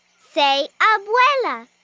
say abuela